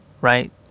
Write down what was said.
right